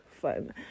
fun